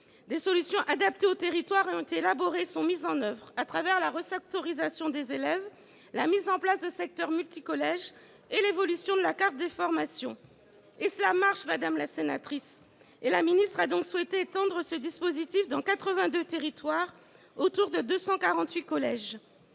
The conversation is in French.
Des solutions adaptées aux territoires ont été élaborées et sont mises en oeuvre à travers la resectorisation des élèves, la mise en place de secteurs multicollèges et l'évolution de la carte des formations. Et cela marche, madame la sénatrice ! La ministre a donc souhaité étendre ce dispositif dans 82 territoires, autour de 248 collèges.